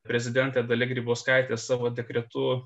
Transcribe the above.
prezidentė dalia grybauskaitė savo dekretu